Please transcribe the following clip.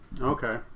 Okay